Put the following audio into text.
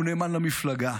הוא נאמן למפלגה,